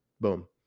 boom